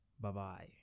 Bye-bye